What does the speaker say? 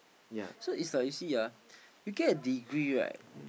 so it's like you see ah you get a degree right